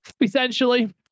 essentially